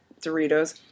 Doritos